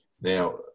Now